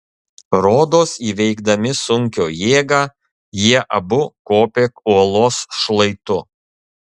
rodos įveikdami sunkio jėgą jie abu kopė uolos šlaitu